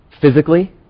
physically